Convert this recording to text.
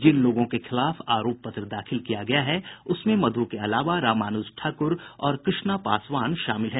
जिन लोगों के खिलाफ आरोप पत्र दाखिल किया गया है उसमें मधु के अलावा रामानुज ठाकुर और कृष्णा पासवान शामिल है